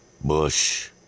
Bush